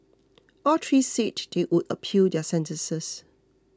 all three said they would appeal their sentences